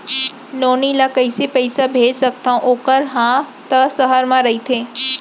नोनी ल कइसे पइसा भेज सकथव वोकर हा त सहर म रइथे?